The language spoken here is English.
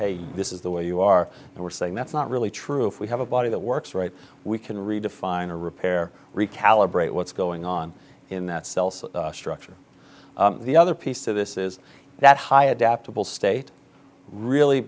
hey this is the way you are and we're saying that's not really true if we have a body that works right we can redefine a repair recalibrate what's going on in that structure the other piece of this is that high adaptable state really